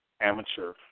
amateur